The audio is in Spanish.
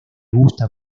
gusta